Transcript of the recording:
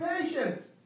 patience